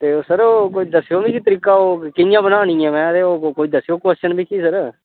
ते सर ओह् कोई दस्सेओ मिकी तरीका ओह् कि'यां बनानी ऐ ते मैं ओह् कोई दस्सेओ कोश्चन मिकी सर